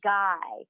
guy